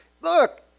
Look